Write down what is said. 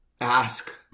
ask